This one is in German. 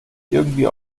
irgendwie